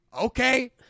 Okay